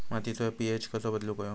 मातीचो पी.एच कसो बदलुक होयो?